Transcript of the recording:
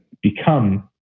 become